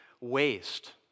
waste